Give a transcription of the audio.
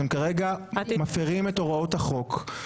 אתם כרגע מפרים את הוראות החוק.